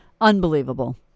Unbelievable